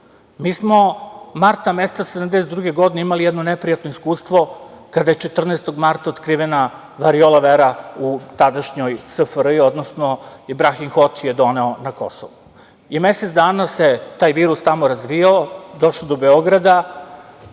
Mi smo marta meseca 1972. godine imali jedno neprijatno iskustvo kada je 14. marta otkrivena variola vera u tadašnjoj SFRJ, odnosno Ibrahim Hoci je doneo na Kosovo. Mesec dana se taj virus tamo razvijao, došao do Beograd.